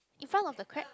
in front of the crab